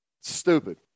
stupid